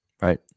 Right